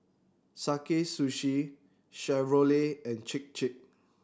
Sakae Sushi Chevrolet and Chir Chir